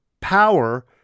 power